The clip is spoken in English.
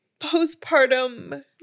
postpartum